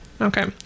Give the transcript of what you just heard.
Okay